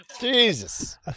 Jesus